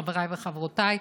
חבריי וחברותיי,